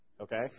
Okay